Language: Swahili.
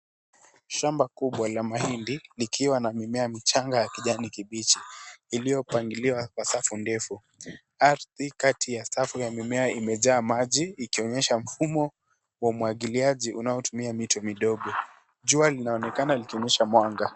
Shamba kubwa la mahindi likiwa na mimea michanga ya kijani kibichi iliyopangiliwa kwa safu ndefu. Ardhi kati ya safu ya mimea imejaa maji ikionyesha mfumo wa umwagiliaji unaotumia mito midogo. Jua linaonekana likionyesha mwanga.